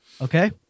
Okay